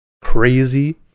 crazy